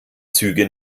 züge